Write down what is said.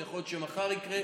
יכול להיות שמחר זה יקרה,